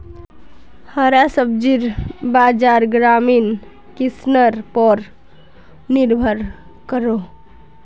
हरा सब्जिर बाज़ार ग्रामीण किसनर पोर निर्भर करोह